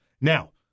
Now